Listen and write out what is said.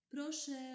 Proszę